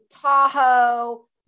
Tahoe